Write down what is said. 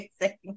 amazing